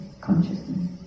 consciousness